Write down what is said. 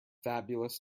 fabulous